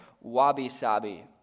wabi-sabi